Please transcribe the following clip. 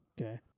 Okay